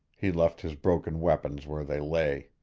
he left his broken weapons where they lay.